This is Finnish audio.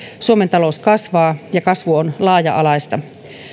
suomen talous kasvaa ja kasvu on laaja alaista